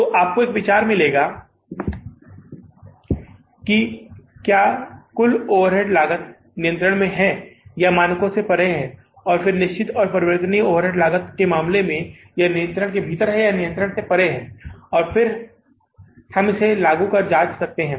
तो आपको एक विचार मिलेगा कि क्या कुल ओवरहेड लागत नियंत्रण में है या यह मानकों से परे है और निश्चित और परिवर्तनीय ओवरहेड लागत के मामले में यह नियंत्रण के भीतर है या यह नियंत्रण से परे है और फिर हम इसे लागू कर जाँच सकते हैं